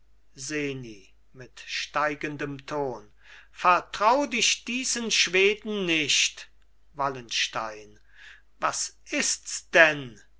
seni mit steigendem ton vertrau dich diesen schweden nicht wallenstein was ists denn